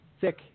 thick